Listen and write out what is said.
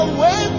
Away